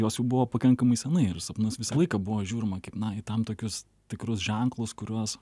jos jau buvo pakankamai senai ir į sapnus visą laiką buvo žiūrima kaip na į tam tokius tikrus ženklus kuriuos